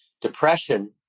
depression